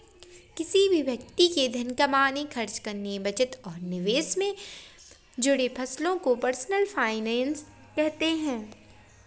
किसी भी व्यक्ति के धन कमाने, खर्च करने, बचत और निवेश से जुड़े फैसलों को पर्सनल फाइनैन्स कहते हैं